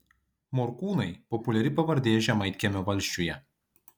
morkūnai populiari pavardė žemaitkiemio valsčiuje